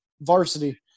varsity